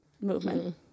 movement